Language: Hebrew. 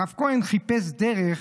הרב כהן חיפש דרך,